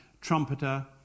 trumpeter